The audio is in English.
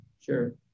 sure